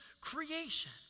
creation